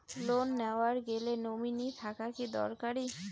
Loan নেওয়ার গেলে nominee থাকা কি দরকারী?